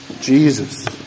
Jesus